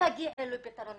ושהם יגיעו לפתרון.